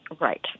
Right